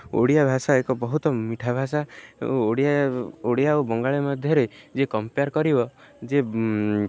ଓଡ଼ିଆ ଭାଷା ଏକ ବହୁତ ମିଠା ଭାଷା ଓ ଓଡ଼ିଆ ଓଡ଼ିଆ ଓ ବଙ୍ଗାଳୀ ମଧ୍ୟରେ ଯେ କମ୍ପେୟାର୍ କରିବ ଯେ